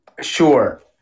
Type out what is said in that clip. sure